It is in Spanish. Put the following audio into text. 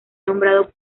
nombrado